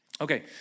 Okay